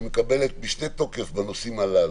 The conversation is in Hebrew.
שמקבלת משנה תוקף בנושאים הללו.